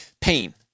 Pain